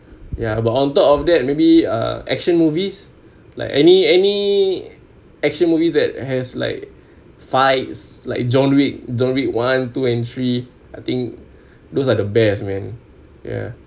ya but on top of that maybe uh action movies like any any action movies that has like fights like john wick john wick one two and three I think those are the best man ya